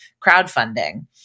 crowdfunding